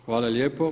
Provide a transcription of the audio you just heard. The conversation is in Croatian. Hvala lijepo.